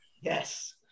yes